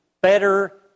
better